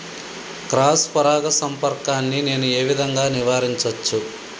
Cross పరాగ సంపర్కాన్ని నేను ఏ విధంగా నివారించచ్చు?